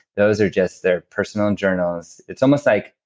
those are just their personal journals. it's almost like.